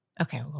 Okay